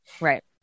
Right